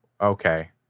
okay